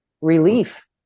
relief